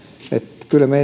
kyllä me